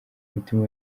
umutima